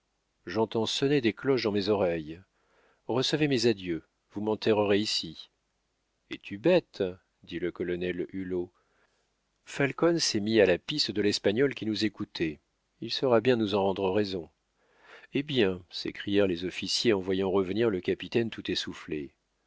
j'entends sonner des cloches dans mes oreilles recevez mes adieux vous m'enterrerez ici es-tu bête dit le colonel hulot falcon s'est mis à la piste de l'espagnol qui nous écoutait il saura bien nous en rendre raison hé bien s'écrièrent les officiers en voyant revenir le capitaine tout essoufflé